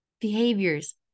behaviors